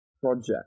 Project